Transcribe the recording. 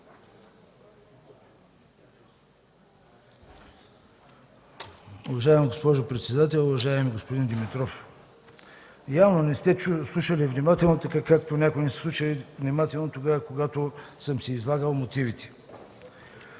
Уважаема госпожо председател! Уважаеми господин Димитров, явно не сте слушали внимателно, както някои не са слушали внимателно, когато съм си излагал мотивите.